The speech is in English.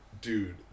dude